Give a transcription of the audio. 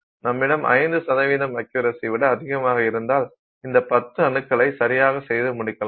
நம்மிடம் 5 அக்யுரசி விட அதிகமாக இருந்தால் இந்த 10 அணுக்களை சரியாக செய்து முடிக்கலாம்